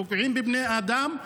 פוגעים בבני אדם,